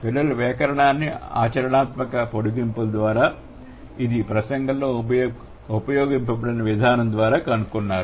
పిల్లలు వ్యాకరణాన్ని ఆచరణాత్మక పొడిగింపుల ద్వారా ఇది ప్రసంగంలో ఉపయోగించబడిన విధానం ద్వారా కనుగొన్నారు